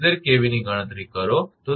475 𝑘𝑉 ની ગણતરી કરો તો તે r